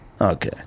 Okay